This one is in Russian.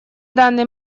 данный